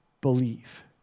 believe